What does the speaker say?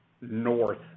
north